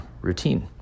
routine